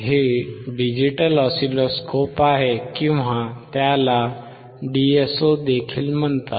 हे digital oscilloscope आहे किंवा त्याला डीएसओ देखील म्हणतात